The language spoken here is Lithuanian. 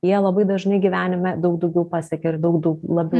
jie labai dažnai gyvenime daug daugiau pasiekia ir daug daug labiau